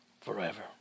forever